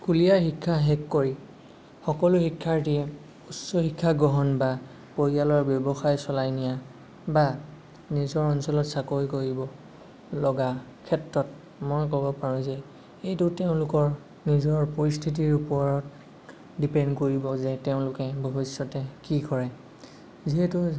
স্কুলীয়া শিক্ষা শেষ কৰি সকলো শিক্ষাৰ্থীয়ে উচ্চ শিক্ষা গ্ৰহণ বা পৰিয়ালৰ ব্যৱসায় চলাই নিয়া বা নিজৰ অঞ্চলত চাকৰি কৰিব লগা ক্ষেত্ৰত মই ক'ব পাৰোঁ যে এইটো তেওঁলোকৰ নিজৰ পৰিস্থিতিৰ ওপৰত ডিপেণ্ড কৰিব যে তেওঁলোকে ভৱিষ্যতে কি কৰে যিহেতু